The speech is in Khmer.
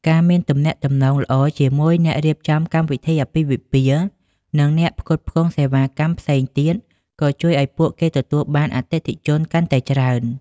ការមានទំនាក់ទំនងល្អជាមួយអ្នករៀបចំកម្មវិធីអាពាហ៍ពិពាហ៍ និងអ្នកផ្គត់ផ្គង់សេវាកម្មផ្សេងទៀតក៏ជួយឱ្យពួកគេទទួលបានអតិថិជនកាន់តែច្រើន។